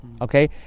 okay